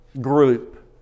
group